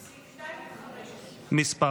מס'